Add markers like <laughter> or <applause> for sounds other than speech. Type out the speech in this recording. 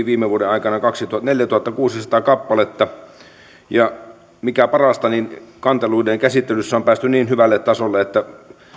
<unintelligible> viime vuoden aikana neljätuhattakuusisataa kappaletta ja mikä parasta kanteluiden käsittelyssä on päästy niin hyvälle tasolle että